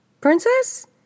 Princess